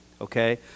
okay